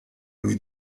lui